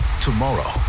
Tomorrow